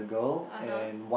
(uh huh)